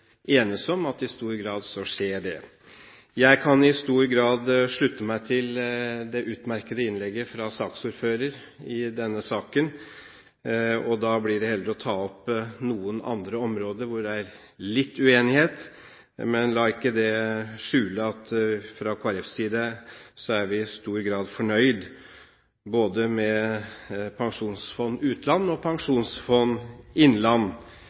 om at i stor grad skjer det. Jeg kan i stor grad slutte meg til det utmerkede innlegget fra saksordføreren i denne saken, og da blir det heller å ta opp noen andre områder hvor det er litt uenighet. Men la ikke det skjule at vi fra Kristelig Folkepartis side i stor grad er fornøyd både med Statens pensjonsfond utland og Statens pensjonsfond innland.